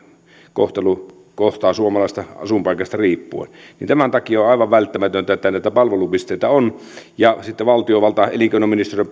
kohtelu kohtaa suomalaista asuinpaikasta riippuen tämän takia on aivan välttämätöntä että näitä palvelupisteitä on ja sitten valtiovalta elinkeinoministeriön